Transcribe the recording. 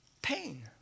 pain